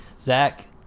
Zach